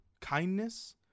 kindness